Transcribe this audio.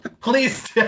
Please